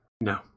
No